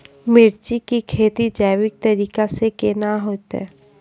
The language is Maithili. मिर्ची की खेती जैविक तरीका से के ना होते?